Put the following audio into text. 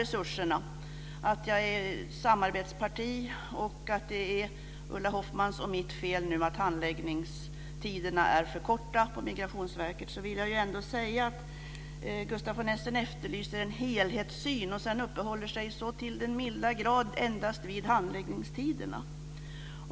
Jag vill även undvika att han ska framhålla att jag tillhör ett samarbetsparti och att det är Ulla Hoffmanns och mitt fel att handläggningstiderna på Migrationsverket nu är för korta. Gustaf von Essen efterlyser en helhetssyn men uppehåller sig sedan till den milda grad vid handläggningstiderna.